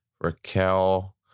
Raquel